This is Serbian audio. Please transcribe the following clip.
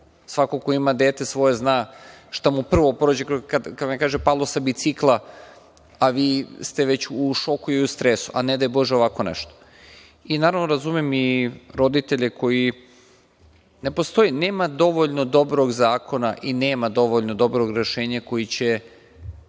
Svako ko ima svoje dete zna šta mu prvo prođe kroz glavu kad vam kaže palo sa bicikla, a vi ste već u šoku i u stresu, a ne daj Bože ovako nešto. Naravno, razumem i roditelje koji… Ne postoji, nema dovoljno dobrog zakona i nema dovoljno dobrog rešenja koje će